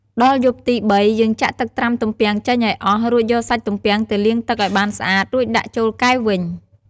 ដល់យប់ទីបី យើងចាក់ទឹកត្រាំទំពាំងចេញឱ្យអស់ រួចយកសាច់ទំពាំងទៅលាងទឹកឱ្យបានស្អាត រួចដាក់ចូលកែវវិញ។